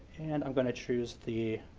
and i'm going to choose the